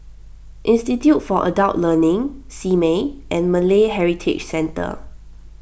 Institute for Adult Learning Simei and Malay Heritage Centre